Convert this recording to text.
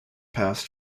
past